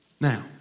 Now